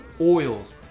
Oils